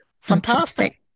Fantastic